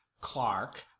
Clark